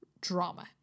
drama